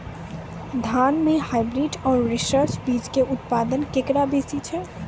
धान के हाईब्रीड और रिसर्च बीज मे उत्पादन केकरो बेसी छै?